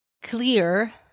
clear